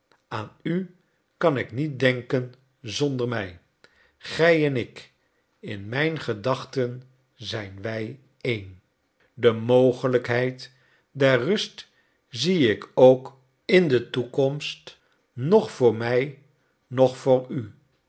aan u kan ik niet denken zonder mij gij en ik in mijn gedachten zijn wij een de mogelijkheid der rust zie ik ook in de toekomst noch voor mij noch voor u